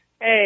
Hey